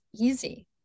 easy